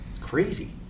Crazy